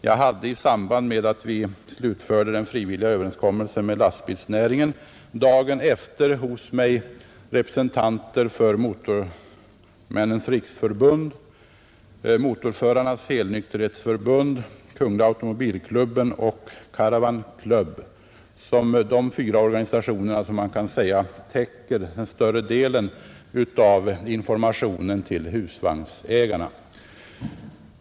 Dagen efter det att vi hade träffat den frivilliga överenskommelsen med lastbilsnäringen hade jag hos mig representanter för Motormännens riksförbund, Motorförarnas helnykterhetsförbund, Kungliga automobilklubben och Caravan club, alltså de fyra organisationer som man kan säga täcker större delen av informationen till husvagnsägarna.